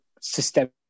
systemic